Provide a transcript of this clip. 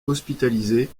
hospitalisé